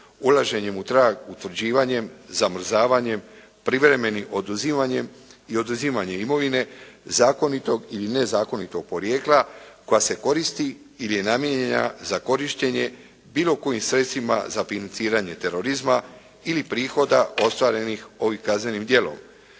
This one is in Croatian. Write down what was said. ulaženjem u trag utvrđivanjem, zamrzavanjem, privremenim oduzimanjem i oduzimanje imovine zakonitog ili nezakonitog porijekla koja se koristi ili je namijenjena za korištenje bilo kojim sredstvima za financiranje terorizma ili prihoda ostvarenih ovim kaznenim djelom